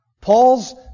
Paul's